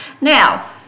Now